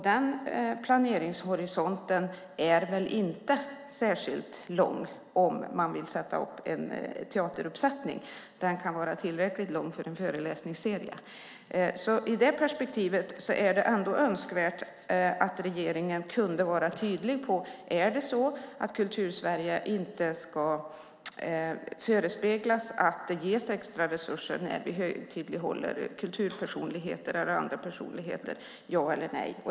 Den planeringshorisonten är väl inte särskilt lång om man vill sätta upp en teaterpjäs. Den kan vara tillräckligt lång för en föreläsningsserie. I det perspektivet är det ändå önskvärt att regeringen kunde vara tydlig. Är det så att Kultursverige inte ska förespeglas att det ges extra resurser när vi högtidlighåller kulturpersonligheter eller andra personligheter, ja eller nej?